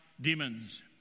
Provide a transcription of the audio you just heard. demons